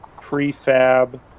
prefab